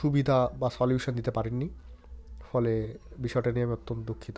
সুবিধা বা সলিউশন দিতে পারেননি ফলে বিষয়টা নিয়ে আমি অত্যন্ত দুঃখিত